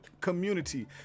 community